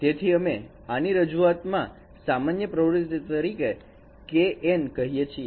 તેથી અમે આ ની રજૂઆતમાં સામાન્ય પ્રવૃત્તિ તરીકે k X N કહીએ છીએ